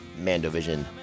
MandoVision